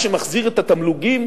מה שמחזיר את התמלוגים,